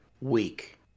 week